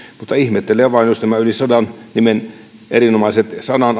mutta ihmettelen vain jos nämä yli sadan allekirjoituksen erinomaiset